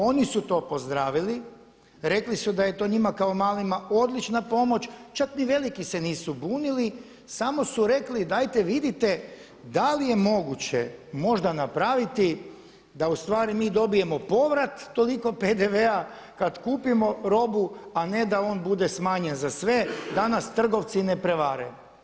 Oni su to pozdravili, rekli su da je to njima kao malima odlična pomoć, čak ni veliki se nisu bunili, samo su rekli dajte vidite da li je moguće možda napraviti da mi dobijemo povrat toliko PDV-a kada kupimo robu, a ne da on bude smanjen za sve da nas trgovci ne prevare.